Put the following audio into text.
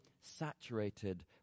saturated